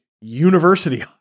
university